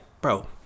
bro